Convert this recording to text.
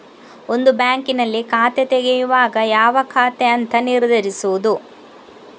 ಒಂದು ಬ್ಯಾಂಕಿನಲ್ಲಿ ಖಾತೆ ತೆರೆಯುವಾಗ ಯಾವ ಖಾತೆ ಅಂತ ನಿರ್ಧರಿಸುದು